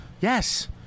Yes